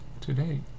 today